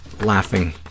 laughing